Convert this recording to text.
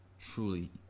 truly